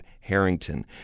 Harrington